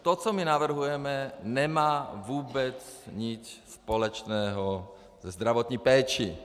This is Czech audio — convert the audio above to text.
To, co navrhujeme, nemá vůbec nic společného se zdravotní péčí.